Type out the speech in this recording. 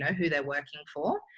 who they're working for.